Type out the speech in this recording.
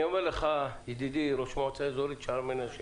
אני אומר לך ידידי ראש מועצה אזורית שער מנשה